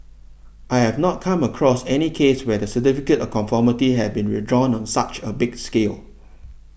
I have not come across any case where the Certificate of Conformity have been withdrawn on such a big scale